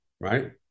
right